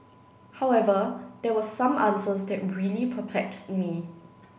however there were some answers that really perplexed me